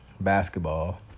basketball